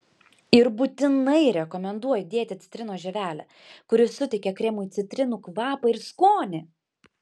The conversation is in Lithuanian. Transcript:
ir būtinai rekomenduoju dėti citrinos žievelę kuri suteikia kremui citrinų kvapą ir skonį